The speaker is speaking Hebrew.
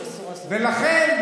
לכן,